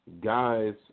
guys